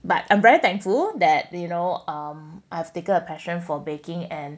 but I'm very thankful that you know um I've taken a passion for baking and